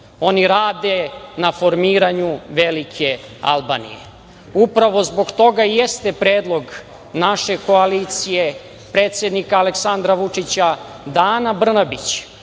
oni rade na formiranju velike Albanije. Upravo zbog toga i jeste predlog naše koalicije, predsednika Aleksandra Vučića da Ana Brnabić,